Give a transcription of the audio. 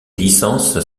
licences